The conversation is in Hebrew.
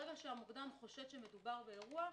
ברגע שהמוקדם חושד שמדובר באירוע,